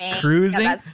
cruising